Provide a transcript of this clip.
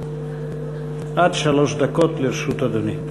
חנין, עד שלוש דקות לרשות אדוני.